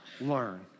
learn